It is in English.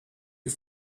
you